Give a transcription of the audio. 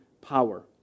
power